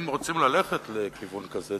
אם רוצים ללכת לכיוון כזה,